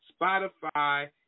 Spotify